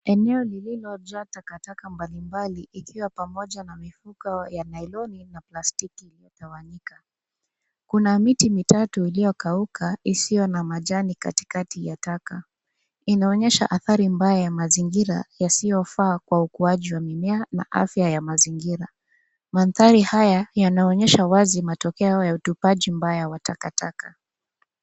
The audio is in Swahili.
Eneo liliojaa takataka mbalimbali ikiwa pamoja na mifuko ya niloni na plastiki iliyotawanyika. Kuna miti mitatu iliyokauka isiyo na majani katikati ya taka. Inaonyesha athari mabaya ya mazingira yasiyofaa kwa uokoaji wa mimea na afya ya mazingira. Manthari haya yanaonyesha wazi matokeo ya utupaji mbaya wa takataka.